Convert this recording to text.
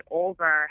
over